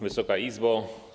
Wysoka Izbo!